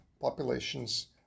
populations